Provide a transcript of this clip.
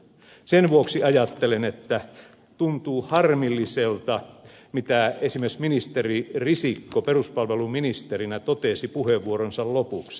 sen vuoksi ajattelen että tuntuu harmilliselta se mitä esimerkiksi ministeri risikko peruspalveluministerinä totesi puheenvuoronsa lopuksi